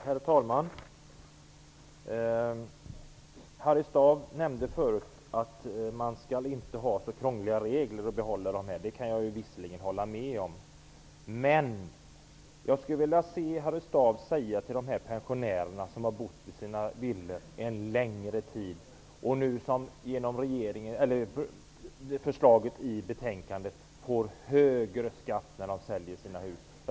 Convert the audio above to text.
Herr talman! Harry Staaf nämnde tidigare att man inte skall ha för krångliga regler. Det kan jag visserligen hålla med om. Men jag skulle vilja se Harry Staaf säga till pensionärerna som har bott i sina villor en längre tid att de skall få högre skatt när de säljer sina hus.